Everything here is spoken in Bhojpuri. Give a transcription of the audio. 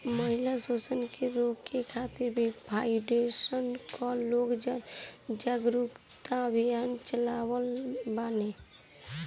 महिला शोषण के रोके खातिर भी फाउंडेशन कअ लोग जागरूकता अभियान चलावत बाने